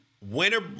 winter